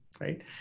right